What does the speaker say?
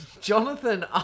Jonathan